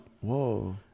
Whoa